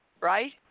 Right